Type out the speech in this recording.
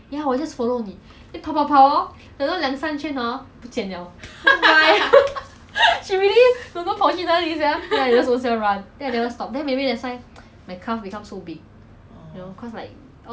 like now